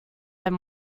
than